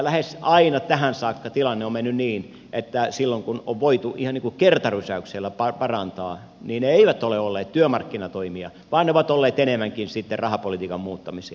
lähes aina tähän saakka tilanne on mennyt niin että silloin kun on voitu ihan kertarysäyksellä parantaa niin ne eivät ole olleet työmarkkinatoimia vaan ne ovat olleet enemmänkin sitten rahapolitiikan muuttamisia